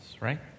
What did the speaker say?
right